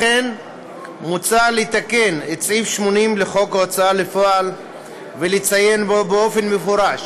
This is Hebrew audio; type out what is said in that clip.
לכן מוצע לתקן את סעיף 80 לחוק ההוצאה לפועל ולציין בו באופן מפורש